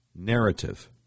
Narrative